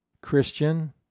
Christian